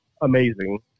amazing